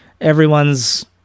Everyone's